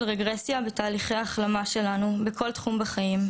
רגרסיה ותהליכי החלמה שלנו בכל תחום בחיים,